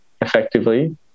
effectively